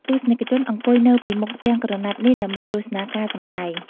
ទស្សនិកជនអង្គុយនៅពីមុខផ្ទាំងក្រណាត់នេះដើម្បីទស្សនាការសម្តែង។